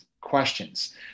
questions